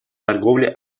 торговле